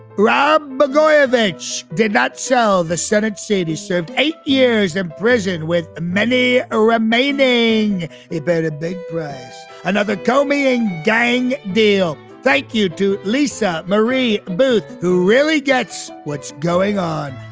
rob blagojevich did not sell the senate seat, he served eight years in brisbane with many ah remaining a buried big prize. another komin gang deal. thank you to lisa marie buth, who really gets what's going on.